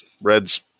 Red's